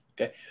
Okay